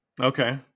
Okay